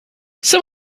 some